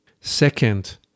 Second